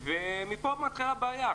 ומפה מתחילה הבעיה.